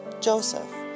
Joseph